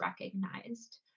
recognized